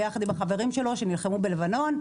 ביחד עם החברים שלו שנלחמו בלבנון,